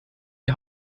die